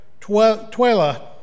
Twela